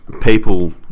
people